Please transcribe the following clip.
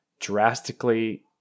drastically